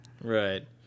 Right